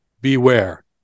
beware